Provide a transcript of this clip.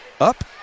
up